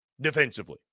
defensively